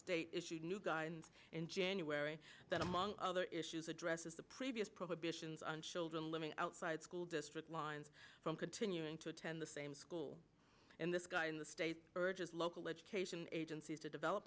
state issued new guidance in january that among other issues addresses the previous prohibitions on children living outside school district lines from continuing to attend the same school and this guy in the state urges local education agencies to develop